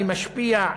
מי משפיע.